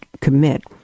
commit